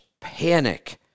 panic